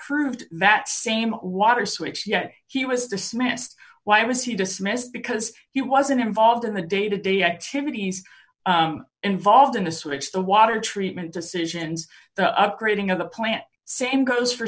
approved that same water switch yet he was dismissed why was he dismissed because he wasn't involved in the day to day activities involved in a switch the water treatment decisions the upgrading of the plant same goes for